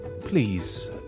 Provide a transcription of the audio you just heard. please